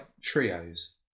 trios